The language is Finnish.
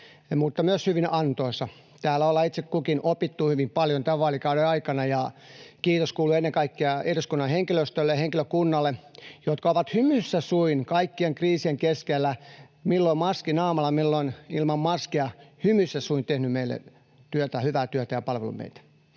mutta myös hyvin antoisa. Täällä ollaan itse kukin opittu hyvin paljon tämän vaalikauden aikana, ja kiitos kuuluu ennen kaikkea eduskunnan henkilöstölle, henkilökunnalle, joka on hymyssä suin kaikkien kriisien keskellä, milloin maski naamalla, milloin ilman maskia, tehnyt meille hyvää työtä ja palvellut meitä.